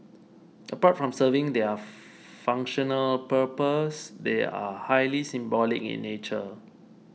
apart from serving their functional purpose they are highly symbolic in nature